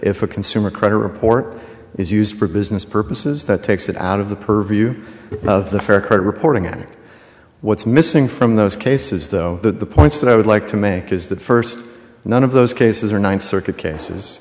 if a consumer credit report is used for business purposes that takes it out of the purview of the fair credit reporting act what's missing from those cases though the points that i would like to make is that first none of those cases are ninth circuit cases